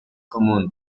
común